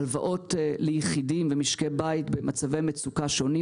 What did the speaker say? הלוואות ליחידים ומשקי בית במצבי מצוקה שונים.